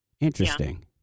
Interesting